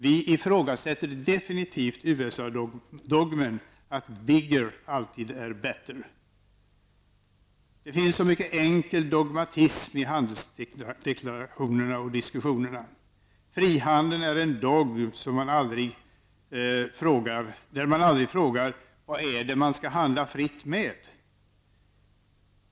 Vi ifrågasätter definitivt USA-dogmen att bigger alltid är better. Det finns så mycket enkel dogmatism i handelsdeklarationerna och i handelsdiskussionerna. Frihandeln är en dogm, och man frågar aldrig vad det är man skall handla fritt med.